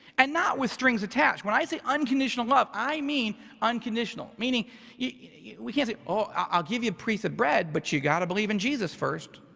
and not with strings attached. when i say unconditional love, i mean unconditional. meaning we can't say, oh, i'll give you a piece of bread, but you got to believe in jesus first.